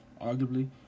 arguably